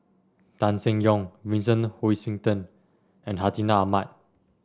Tan Seng Yong Vincent Hoisington and Hartinah Ahmad